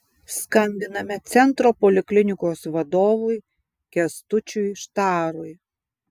skambiname centro poliklinikos vadovui kęstučiui štarui